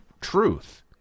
truth